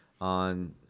on